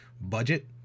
budget